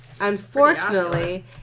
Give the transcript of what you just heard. Unfortunately